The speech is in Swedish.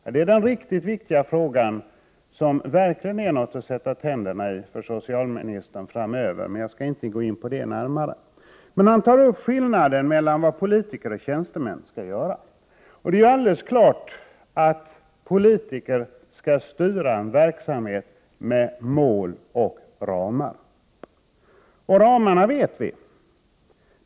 Detta är en verkligt viktig fråga som socialministern har att sätta tänderna i framöver, men jag skall inte gå in på den saken närmare. Han diskuterade skillnaden mellan vad politiker skall göra och vad tjänstemän skall göra. Det är ju alldeles klart att politiker skall styra en verksamhet med mål och ramar. Och ramarna känner vi till.